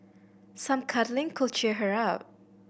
some cuddling could cheer her up